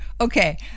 Okay